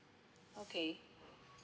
okay